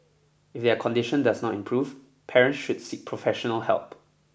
if their condition does not improve parents should seek professional help